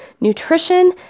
nutrition